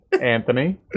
Anthony